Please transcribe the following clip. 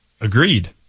Agreed